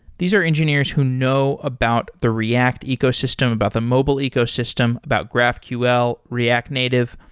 these are engineers who know about the react ecosystem, about the mobile ecosystem, about graphql, react native.